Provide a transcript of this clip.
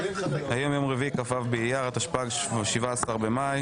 היום יום רביעי, כ"ו באייר התשפ"ג, 17 במאי.